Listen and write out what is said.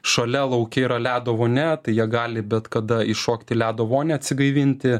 šalia lauke yra ledo vonia tai jie gali bet kada iššokti į ledo vonią atsigaivinti